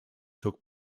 took